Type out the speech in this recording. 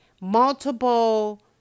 multiple